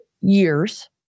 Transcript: years